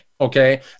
Okay